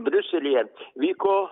briuselyje vyko